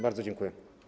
Bardzo dziękuję.